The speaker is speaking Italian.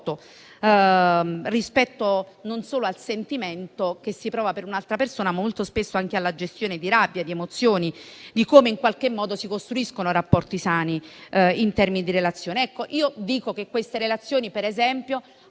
gestione del sentimento che si prova per un'altra persona, ma molto spesso anche nella gestione della rabbia, delle emozioni e nel modo in cui si costruiscono rapporti sani in termini di relazione. Io dico che queste relazioni, per esempio,